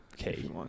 Okay